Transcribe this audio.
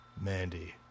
Mandy